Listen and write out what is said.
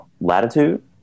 latitude